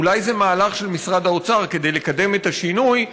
אולי זה מהלך של משרד האוצר כדי לקדם את השינוי,